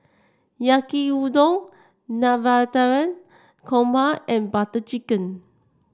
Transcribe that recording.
Yaki Udon Navratan Korma and Butter Chicken